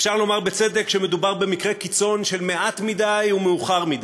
אפשר לומר בצדק שמדובר במקרה קיצון של מעט מדי ומאוחר מדי.